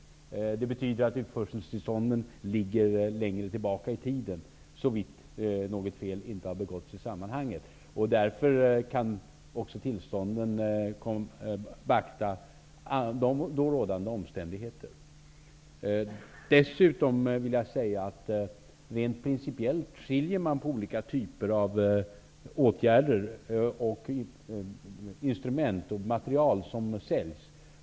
Det betyder, såvitt inte något fel begåtts i sammanhanget, att utförseltillstånden ligger längre tillbaka i tiden. Därför kan också tillstånden återspegla då rådande omständigheter. Dessutom vill jag säga att man rent principiellt skiljer mellan olika typer av åtgärder, mellan olika instrument och materiel som försäljs.